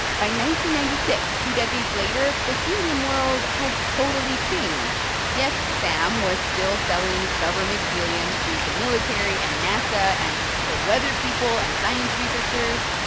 ninety ninety six, two decades later, the helium world had totally changed. yes, sam was still selling government helium to the military and nasa and the weather people and science researchers.